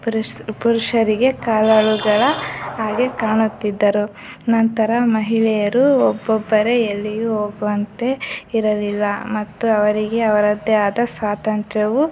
ಪುರುಸ್ ಪುರುಷರಿಗೆ ಕಾಲಾಳುಗಳ ಹಾಗೇ ಕಾಣುತ್ತಿದ್ದರು ನಂತರ ಮಹಿಳೆಯರು ಒಬ್ಬೊಬ್ಬರೆ ಎಲ್ಲಿಯೂ ಹೋಗುವಂತೆ ಇರಲಿಲ್ಲ ಮತ್ತು ಅವರಿಗೆ ಅವರದ್ದೇ ಆದ ಸ್ವಾತಂತ್ರ್ಯವು